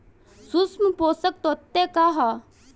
सूक्ष्म पोषक तत्व का ह?